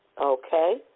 okay